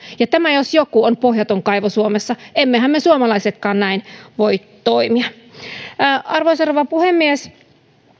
ja tämä jos jokin on pohjaton kaivo suomessa emmehän me suomalaisetkaan näin voi toimia arvoisa rouva puhemies